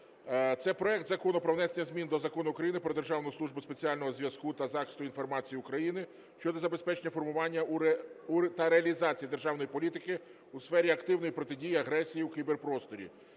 Це проект Закону про внесення змін до Закону України "Про Державну службу спеціального зв'язку та захисту інформації України" щодо забезпечення формування та реалізації державної політики у сфері активної протидії агресії у кіберпросторі.